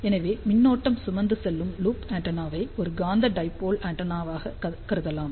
எனவே மின்னோட்டம் சுமந்து செல்லும் லூப் ஆண்டெனாவை ஒரு காந்த டைபோல் ஆண்டெனா ஆக கருதலாம்